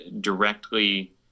directly